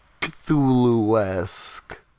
Cthulhu-esque